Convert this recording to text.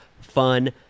fun